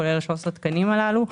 כולל 13 התקנים הללו.